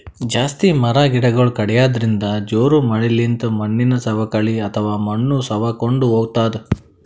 ಜಾಸ್ತಿ ಮರ ಗಿಡಗೊಳ್ ಕಡ್ಯದ್ರಿನ್ದ, ಜೋರ್ ಮಳಿಲಿಂತ್ ಮಣ್ಣಿನ್ ಸವಕಳಿ ಅಥವಾ ಮಣ್ಣ್ ಸವಕೊಂಡ್ ಹೊತದ್